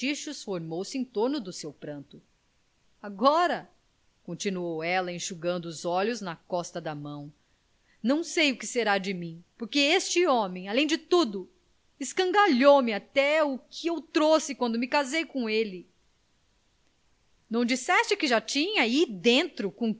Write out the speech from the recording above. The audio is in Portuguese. cochichos formou-se em torno do seu pranto agora continuou ela enxugando os olhos na costa da mão não sei o que será de mim porque este homem além de tudo escangalhou me até o que eu trouxe quando me casei com ele não disseste que já tinhas ai dentro